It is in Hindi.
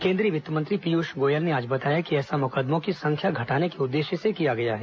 केन्द्रीय वित्तमंत्री पीयूष गोयल ने आज बताया कि ऐसा मुकदमों की संख्या घटाने के उद्देश्य से किया गया है